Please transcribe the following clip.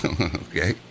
okay